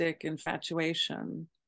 infatuation